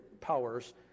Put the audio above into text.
powers